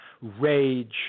rage